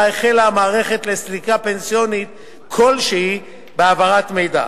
החלה המערכת לסליקה פנסיונית כלשהי בהעברת מידע.